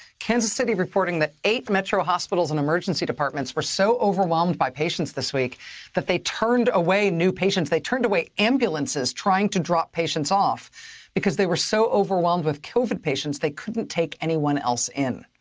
kansas city reporting that eight metro hospitals and emergency departments were so overwhelmed by patients this week that they turned away new patients. they turned away ambulances trying to drop patients off because they were so overwhelmed with covid patients, they couldn't take anyone else in.